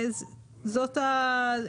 תמיד.